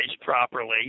properly